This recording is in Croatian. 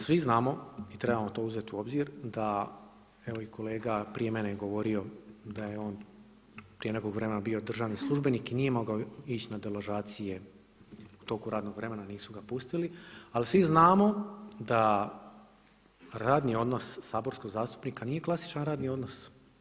Svi znamo i trebamo to uzeti u obzir, da evo i kolega prije mene je govorio da je on prije nekog vremena bio državni službenik i nije mogao ići na deložacije u toku radnog vremena, nisu ga pustili ali svi znamo da radni odnos saborskog zastupnika nije klasičan radni odnos.